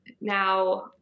now